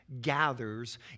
gathers